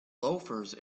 loafers